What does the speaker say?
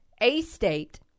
A-State